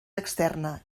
externa